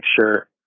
sure